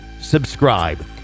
subscribe